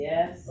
Yes